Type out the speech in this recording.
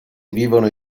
vivono